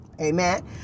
Amen